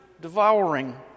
devouring